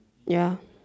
ya